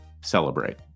celebrate